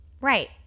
Right